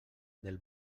del